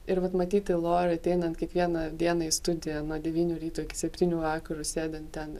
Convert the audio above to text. ir vat matyti lori ateinant kiekvieną dieną į studiją nuo devynių ryto iki septynių vakaro sėdint ten